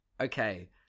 okay